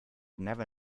never